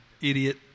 idiot